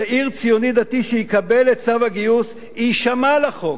צעיר ציוני דתי שיקבל את צו הגיוס יישמע לחוק,